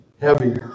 heavy